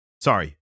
sorry